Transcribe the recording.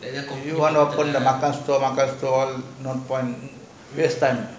we all want the makan store makan store now all gone waste time